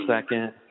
second